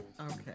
Okay